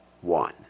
one